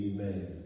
Amen